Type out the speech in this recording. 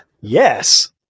Yes